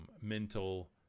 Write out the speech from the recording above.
mental